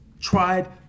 tried